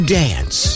dance